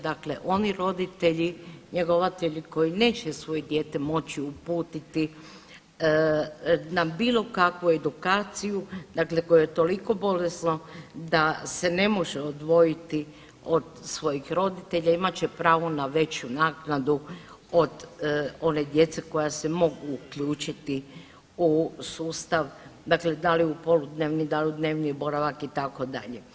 Dakle, oni roditelji njegovatelji koji neće svoje dijete moći uputiti na bilo kakvu edukaciju, dakle koje je toliko bolesno da se ne može odvojiti od svojeg roditelja imat će pravo na veću naknadu od one djece koja se mogu uključiti u sustav, dakle da li u poludnevni, da li u dnevni boravak itd.